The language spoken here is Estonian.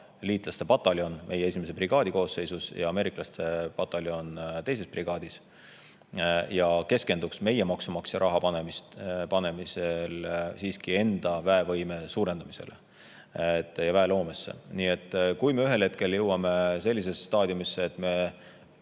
liitlaste pataljon meie 1. brigaadi koosseisus ja ameeriklaste pataljon 2. brigaadis. Keskenduks meie maksumaksja raha panemisel siiski enda väevõime suurendamisele ja väeloomele. Kui me ühel hetkel jõuame sellisesse staadiumisse, et